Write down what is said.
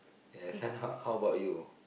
yes son how how about you